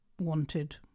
wanted